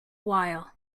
while